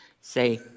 say